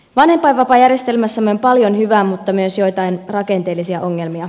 vanhempainvapaajärjestelmässämme on paljon hyvää mutta myös joitain rakenteellisia ongelmia